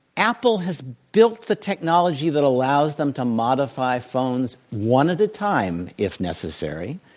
apple has built the technology that allows them to modify phones one at a time if necessary.